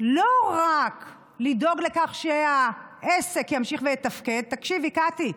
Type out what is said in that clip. לא רק לדאוג לכך שהעסק ימשיך ויתפקד, תקשיבי, קטי,